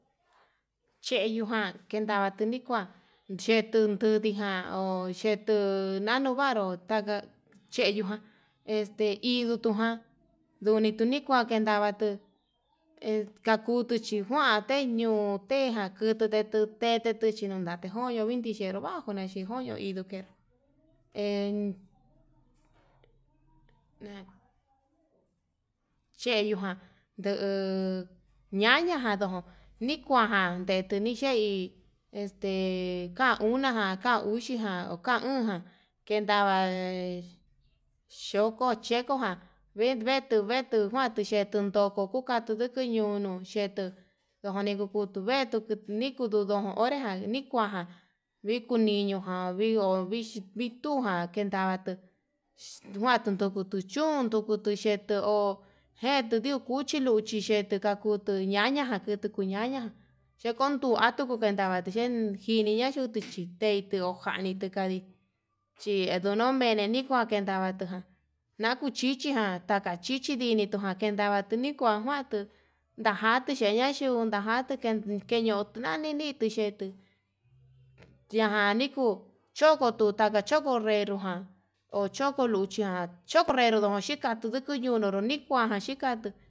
Cheñujan kendavati nikua xhetu tutijan ho xhetuu nanuu vanruu, ndaka cheyuján este induu tujan nduni tuu nikua tundavtuu kakutu xhikuan tei ño'o tejan kutu tetuu, teteti chinan tejoño vinti vixhenru kuan undeni koño xhero nuker een na cheyuján, ndu'u ñaña jan ndon nikujan ndei tuni yei este ka'a unajan ka uxijan ho ka o'on kendava xhoko chekoján, vii vetu vetu njuan tuyetun koko nduka tunduku ñono ye'e tuu nduni ku kutu vetu kuu nikudu ndon teján nikua ján voko niño jan vi'o vixhi vitujan kendava tuu njuanduu tukutu chún ndukutu xheto hó netuu ndio cuchi luchi nixhetu kakutu ñaña jan kutuu ñaña chekondu avatu kendavati njiniña yukuu tuu te'í, ti'ó njani tuu kandii chi nonodemin ninjuanen ndavatu naku chichiján taka chichi ndinitu najen, davatuu nikuan njuantu tuu ndajatu xheña xheñatu ndajatuu keñan keñan tinitu xhetuu yajanikuu chokoto chokonrero ján ho choko luchi jan chocorrero xhika tukutu nijuan xhikatu.